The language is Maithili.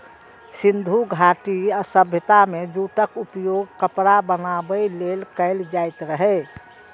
सिंधु घाटी सभ्यता मे जूटक उपयोग कपड़ा बनाबै लेल कैल जाइत रहै